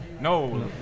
No